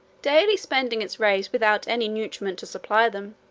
daily spending its rays without any nutriment to supply them,